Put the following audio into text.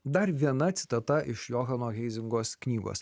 dar viena citata iš johano heizingos knygos